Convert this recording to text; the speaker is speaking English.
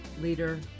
Leader